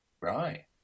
Right